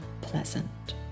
pleasant